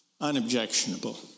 unobjectionable